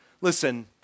Listen